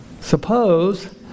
Suppose